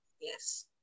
Yes